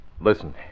Listen